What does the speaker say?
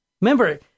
remember